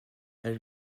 elle